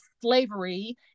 slavery